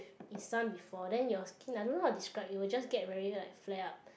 is sun before then your skin I don't know how to describe you will just get really like flat out